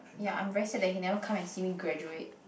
ya I'm very sad that he never come and see me graduate